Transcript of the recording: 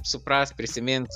suprast prisimint